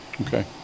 Okay